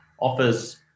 offers